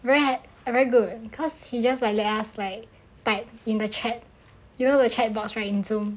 very I very good cause he just like the us like type in the chat you know the chat box in zoom